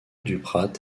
duprat